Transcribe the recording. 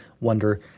wonder